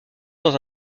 dans